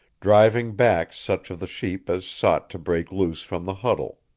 driving back such of the sheep as sought to break loose from the huddle.